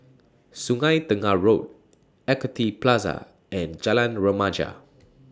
Sungei Tengah Road Equity Plaza and Jalan Remaja